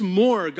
more